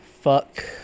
Fuck